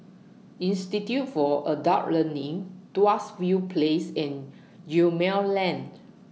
Institute For Adult Learning Tuas View Place and Gemmill Lane